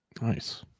Nice